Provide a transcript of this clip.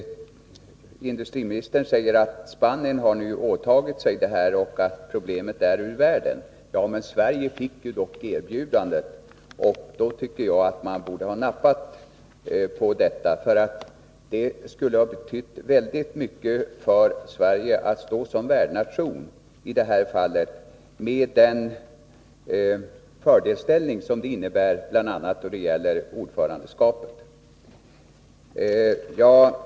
Industriministern säger att Spanien nu har åtagit sig värdskapet och att problemet därmed är ur världen. Ja, men Sverige fick ju dock erbjudandet, och då tycker jag att man borde ha nappat på det. Det skulle ha betytt väldigt mycket för Sverige att stå som värdnation med den fördelsställning som det skulle innebära, bl.a. då det gäller ordförandeskapet.